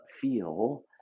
feel